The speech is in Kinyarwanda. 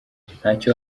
ntacyo